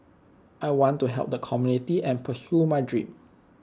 I want to help the community and pursue my dream